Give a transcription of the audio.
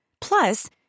Plus